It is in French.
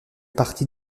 parties